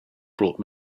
brought